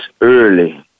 early